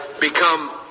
become